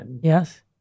yes